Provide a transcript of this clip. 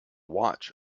watch